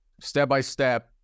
step-by-step